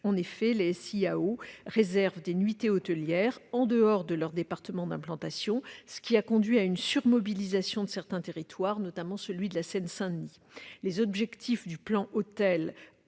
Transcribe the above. En effet, les SIAO réservent des nuitées hôtelières en dehors de leur département d'implantation, ce qui a conduit à une surmobilisation de certains territoires, notamment celui de la Seine-Saint-Denis. Les objectifs du plan Hôtel